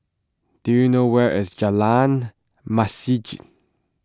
do you know where is Jalan Masjid